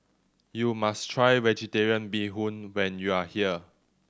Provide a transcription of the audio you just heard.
you must try Vegetarian Bee Hoon when you are here